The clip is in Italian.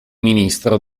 ministro